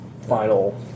final